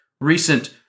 recent